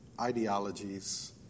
ideologies